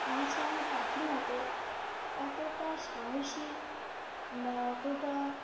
মাছরাঙা পাখির মতো অতটা সাহসী বা অতটা